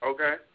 Okay